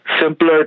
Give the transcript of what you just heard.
simpler